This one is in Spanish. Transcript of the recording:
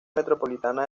metropolitana